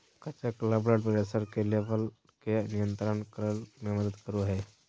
कच्चा केला blood pressure के लेवल के नियंत्रित करय में मदद करो हइ